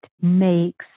makes